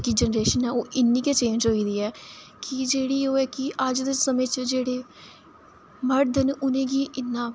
generation ऐ ओह् इन्नी के चेंज होई दी ऐ कि जेह्ड़ी ओह् ऐ कि अज्ज दे समें च मर्द न उ'नेंगी इन्ना